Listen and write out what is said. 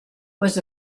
was